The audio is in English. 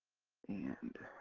and,